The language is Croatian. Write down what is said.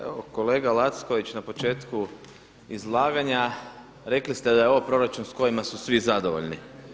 Evo kolega Lacković na početku izlaganja rekli ste da je ovo proračun s kojima su svi zadovoljni.